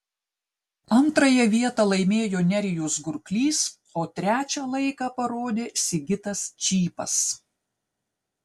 antrąją vietą laimėjo nerijus gurklys o trečią laiką parodė sigitas čypas